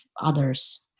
others